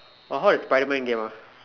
oh how is Spiderman game ah